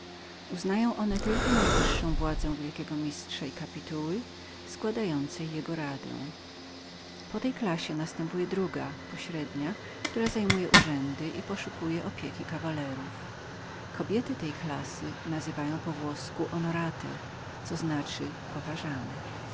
uznają one tylko najwyższą władzę wielkiego mistrza i kapituły składającej jego radę po tej klassie następuje druga pośrednia która zajmuje urzędy i poszukuje opieki kawalerów kobiety tej klassy nazywają się honorates co znaczy